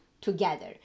together